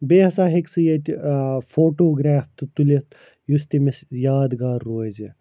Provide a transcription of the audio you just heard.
بیٚیہِ ہَسا ہیٚکہِ سُہ ییٚتہِ ٲں فوٹوٗگرٛاف تہِ تُلِتھ یُس تٔمِس یادگار روزِ